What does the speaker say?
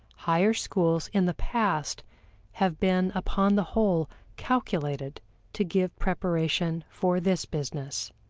higher schools in the past have been upon the whole calculated to give preparation for this business.